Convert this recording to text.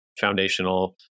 foundational